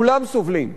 כולם סובלים,